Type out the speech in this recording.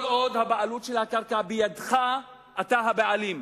כל עוד הבעלות על הקרקע היא בידך, אתה הבעלים.